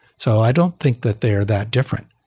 so i don't think that they're that different.